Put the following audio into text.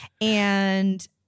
and-